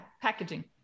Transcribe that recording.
packaging